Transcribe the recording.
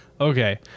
Okay